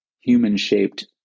human-shaped